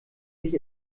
sich